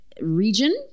Region